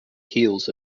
heels